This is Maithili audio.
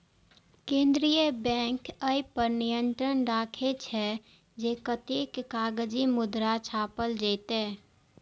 केंद्रीय बैंक अय पर नियंत्रण राखै छै, जे कतेक कागजी मुद्रा छापल जेतै